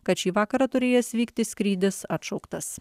kad šį vakarą turėjęs vykti skrydis atšauktas